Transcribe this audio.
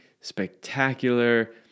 spectacular